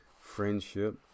friendship